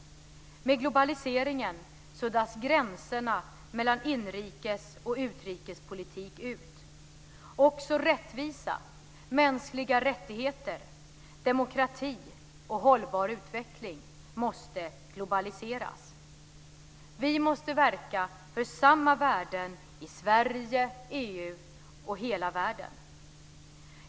Med globaliseringen suddas gränserna mellan inrikes och utrikespolitik ut. Också rättvisa, mänskliga rättigheter, demokrati och hållbar utveckling måste globaliseras. Vi måste verka för samma värden i Sverige, EU och hela världen.